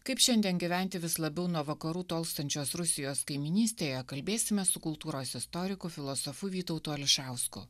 kaip šiandien gyventi vis labiau nuo vakarų tolstančios rusijos kaimynystėje kalbėsime su kultūros istoriku filosofu vytautu ališausku